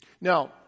Now